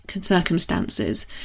circumstances